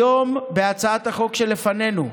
היום, בהצעת החוק שלפנינו,